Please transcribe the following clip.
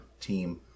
team